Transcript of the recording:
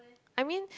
I mean